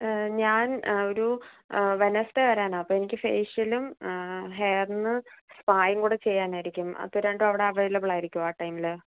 ഞാൻ ഒരു വെനസ്ഡെ വരാനാണ് അപ്പം എനിക്ക് ഫേഷ്യലും ഹെയറിന് സ്പായും കൂടെ ചെയ്യാനായിരിക്കും അത് രണ്ടും അവിടെ അവൈലബിൾ ആയിരിക്കുമോ ആ ടൈമിൽ